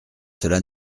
cela